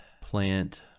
plant